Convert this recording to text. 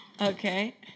okay